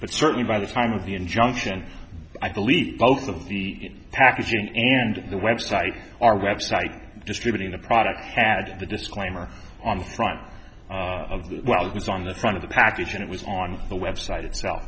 but certainly by the time of the injunction i believe both of the packaging and the website are website distributing the product had the disclaimer on the front of the well that was on the front of the package and it was on the website itself